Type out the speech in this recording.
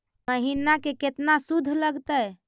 महिना में केतना शुद्ध लगतै?